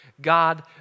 God